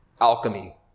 alchemy